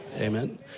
Amen